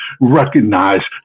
Recognize